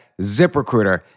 ZipRecruiter